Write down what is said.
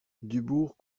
dubourg